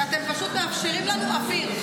ואתם פשוט מאפשרים לנו אוויר.